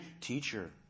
Teacher